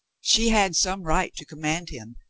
she had some right to command him,